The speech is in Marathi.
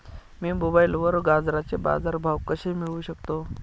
मी मोबाईलवर गाजराचे बाजार भाव कसे मिळवू शकतो?